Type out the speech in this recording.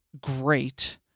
great